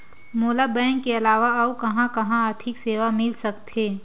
मोला बैंक के अलावा आऊ कहां कहा आर्थिक सेवा मिल सकथे?